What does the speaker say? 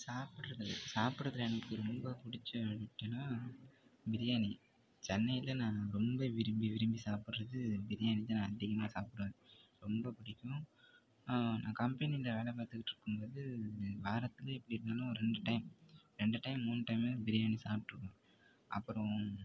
சாப்பிடுவது சாப்பிடுறதில் எனக்கு ரொம்ப பிடிச்ச ஐட்டம்னால் பிரியாணி சென்னையில் நான் ரொம்ப விரும்பி விரும்பி சாப்பிட்றது பிரியாணி தான் அதிகமாக சாப்பிடுவேன் ரொம்ப பிடிக்கும் நான் கம்பெனியில் வேலை பார்த்துக்கிட்ருக்கும்போது வாரத்தில் எப்படி இருந்தாலும் ஒரு ரெண்டு டைம் ரெண்டு டைம் மூணு டைம்மாவது பிரியாணி சாப்பிட்ருவேன் அப்புறம்